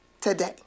today